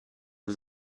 was